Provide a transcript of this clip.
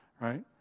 right